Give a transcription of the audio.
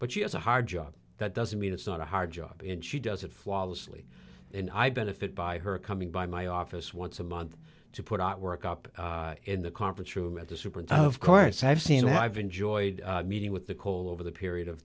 but she has a hard job that doesn't mean it's not a hard job and she does it flawlessly and i benefit by her coming by my office once a month to put out work up in the conference room at the superdome of course i've seen how i've enjoyed meeting with the cole over the period of